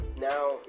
now